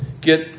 get